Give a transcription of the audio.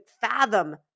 fathom